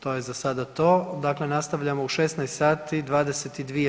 To je za sada to, dakle nastavljamo u 16,22